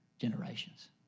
generations